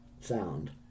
sound